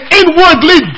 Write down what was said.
inwardly